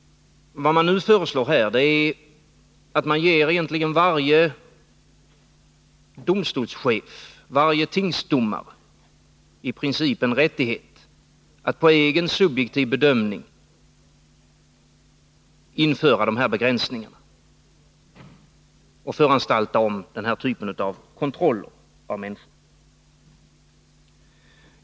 Vad man nu föreslår är att man ger i princip varje domstolschef, varje tingsdomare, en rättighet att efter egen subjektiv bedömning införa de här begränsningarna och föranstalta om den här typen av kontroll av människor.